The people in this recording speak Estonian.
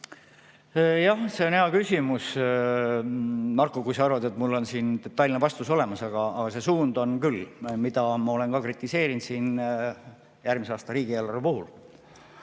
Jah, see on hea küsimus, Marko, kui sa arvad, et mul on siin detailne vastus olemas. Aga see suund on küll see, mida ma olen ka kritiseerinud siin järgmise aasta riigieelarve puhul.